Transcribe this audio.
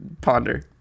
ponder